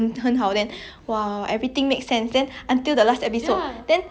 then 突然间回来 then 我在看 I was like !huh! 有这种事情的 meh